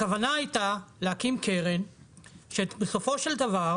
הכוונה הייתה להקים קרן שבסופו של דבר